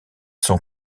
sont